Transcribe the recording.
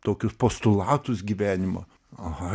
tokius postulatus gyvenimo aha